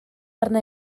arna